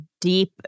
deep